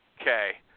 Okay